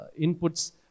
inputs